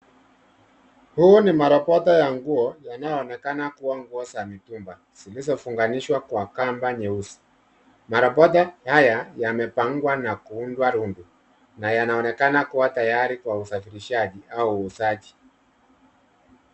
Huu ni marobota ya nguo yanayoonekana kuwa nguo za mitumba zilizofunganishwa kwa kamba nyeusi. Marobota haya yamepangwa na kuunda rundo na yanaonekana kuwa tayari kwa usafirishaji au uuzaji.